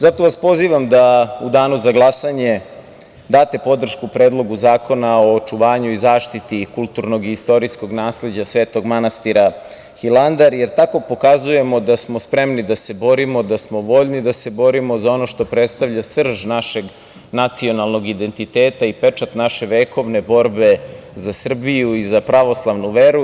Zato vas pozivam da u danu za glasanje date podršku Predlogu zakona o očuvanju i zaštiti kulturnog i istorijskog nasleđa svetog manastira Hilandar, jer tako pokazujemo da smo spremni da se borimo, da smo voljni da se borimo za ono što predstavlja srž našeg nacionalnog identiteta i pečat naše vekovne borbe za Srbiju i za pravoslavnu veru.